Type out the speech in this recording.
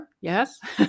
yes